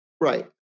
Right